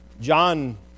John